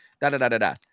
Da-da-da-da-da